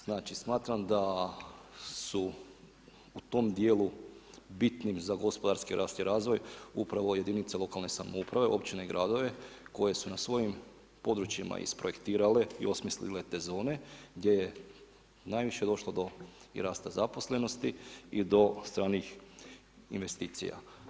Znači smatram da su u tom dijelu bitnim za gospodarski rast i razvoj upravo jedinice lokalne samouprave, općine i gradove koje su na svojim područjima isprojektirale i osmislile te zone gdje je najviše došlo do i rasta zaposlenosti i do stranih investicija.